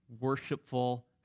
worshipful